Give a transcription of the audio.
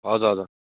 हजुर हजुर